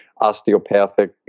osteopathic